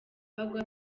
bagwa